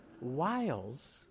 Wiles